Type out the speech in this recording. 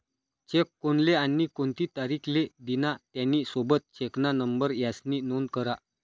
check कोनले आणि कोणती तारीख ले दिना, त्यानी सोबत चेकना नंबर यास्नी नोंद करा